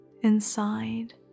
inside